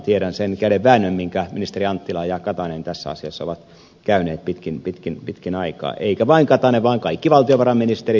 tiedän sen kädenväännön minkä ministeri anttila ja katainen tässä asiassa ovat käyneet pitkin aikaa eikä vain katainen vaan kaikki valtiovarainministerit